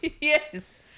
yes